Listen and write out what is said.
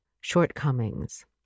shortcomings